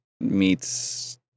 meets